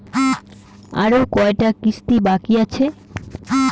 আরো কয়টা কিস্তি বাকি আছে?